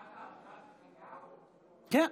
כן.